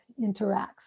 interacts